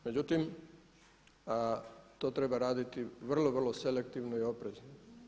Međutim, to treba raditi vrlo, vrlo selektivno i oprezno.